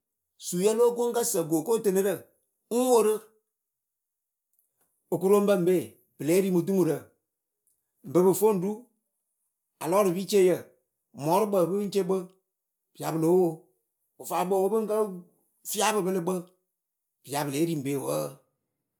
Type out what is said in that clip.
suyǝ lóo ko ŋ kǝ sǝ kookodɨnɨrǝ ŋ worɨ. okuroŋbǝ be pɨ lée ri mɨ dumurǝ. bɨ pɨ foŋ ɖu, alɔrɨpi ceyǝ, mɔrɨkpǝ pɨŋ ce kpɨ pɨ ya pɨ lóo wo, wɨ faakpǝ oo pɨŋ ka fia pɨ pɨlɨ kpɨ pɨya pɨ lée ri be wǝǝ.